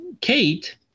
Kate